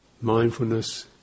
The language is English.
mindfulness